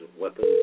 weapons